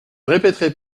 répéterai